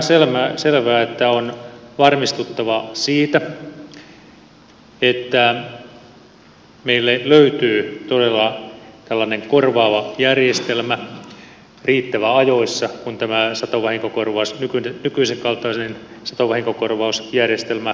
mutta on aivan selvää että on varmistuttava siitä että meille löytyy todella tällainen korvaava järjestelmä riittävän ajoissa kun tämä nykyisen kaltainen satovahinkokorvausjärjestelmä poistuu